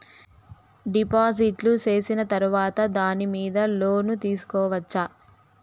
డిపాజిట్లు సేసిన తర్వాత దాని మీద లోను తీసుకోవచ్చా?